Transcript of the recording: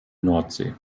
nordsee